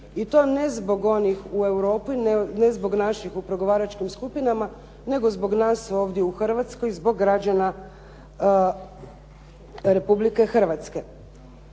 I to ne zbog onih u Europi, ne zbog naših u pregovaračkim skupinama, nego zbog nas ovdje u Hrvatskoj, zbog građana Republike Hrvatske.